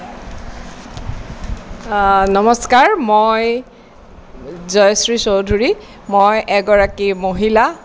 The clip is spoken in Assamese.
নমস্কাৰ মই জয়শ্ৰী চৌধুৰী মই এগৰাকী মহিলা